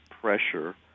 pressure